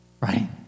right